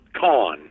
con